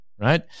right